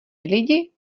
lidi